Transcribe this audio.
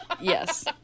Yes